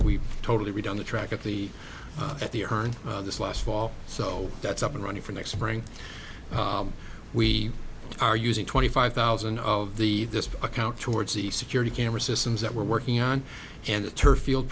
totally redone the track at the at the urn this last fall so that's up and running for next spring we are using twenty five thousand of the this account towards the security camera systems that we're working on and the turf field